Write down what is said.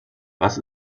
was